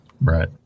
Right